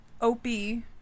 Opie